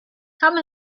come